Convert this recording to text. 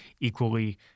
equally